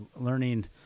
learning